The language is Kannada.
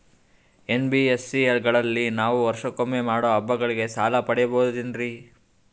ಎನ್.ಬಿ.ಎಸ್.ಸಿ ಗಳಲ್ಲಿ ನಾವು ವರ್ಷಕೊಮ್ಮೆ ಮಾಡೋ ಹಬ್ಬಗಳಿಗೆ ಸಾಲ ಪಡೆಯಬಹುದೇನ್ರಿ?